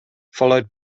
followed